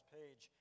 page